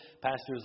pastors